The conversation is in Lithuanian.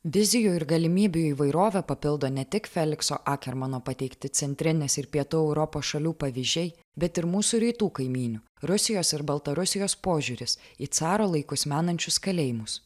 vizijų ir galimybių įvairovę papildo ne tik felikso akermano pateikti centrinės ir pietų europos šalių pavyzdžiai bet ir mūsų rytų kaimynių rusijos ir baltarusijos požiūris į caro laikus menančius kalėjimus